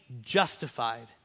justified